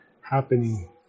happening